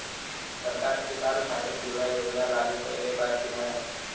सरकार किसान खातिर बीमा योजना लागू कईले बा की ना?